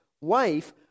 wife